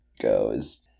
goes